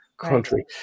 country